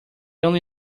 only